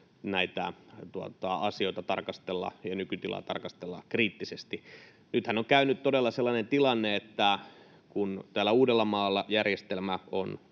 näitä asioita ja nykytilaa tarkastella kriittisesti. Nythän on käynyt todella sellainen tilanne, että kun täällä Uudellamaalla järjestelmä on